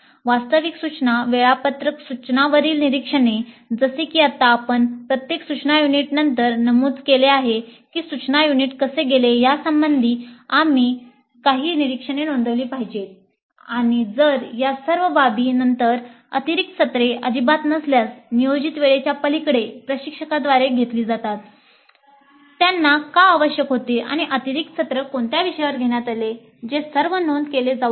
वास्तविक सूचना वेळापत्रक सूचनावरील निरीक्षणे जसे की आता आपण प्रत्येक सूचना युनिट नंतर नमूद केले आहे की सूचना यूनिट कसे गेले यासंबंधी काही निरीक्षणे नोंदवली पाहिजेत आणि जर या सर्व बाबी नंतर अतिरिक्त सत्रे अजिबात नसल्यास नियोजित वेळेच्या पलीकडे प्रशिक्षकाद्वारे घेतली जातात त्यांना का आवश्यक होते आणि अतिरिक्त सत्र कोणत्या विषयांवर घेण्यात आले जे सर्व नोंद केले जाऊ शकते